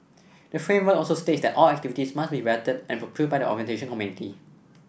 the framework also states that all activities must be vetted and approved by the orientation committee